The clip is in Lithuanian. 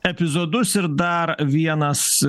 epizodus ir dar vienas